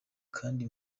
kandi